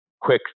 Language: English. quick